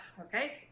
okay